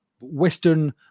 Western